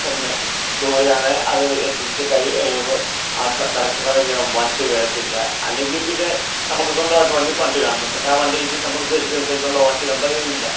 ഒന്ന് ദൂരെയാണ് അത് എത്തിച്ച് ആ കറക്റ്റ് സമയത്ത് വണ്ടി വരത്തില്ല അല്ലെങ്കിൽ പിന്നെ നമുക്ക് സ്വന്തമായിട്ട് വണ്ടി വണ്ടി കാണണം പക്ഷേ ആ വണ്ടി ഇത് നമ്മളുദ്ദേശിക്കുന്ന സൈസുള്ള വണ്ടി നമ്മുടെ കയ്യിലില്ല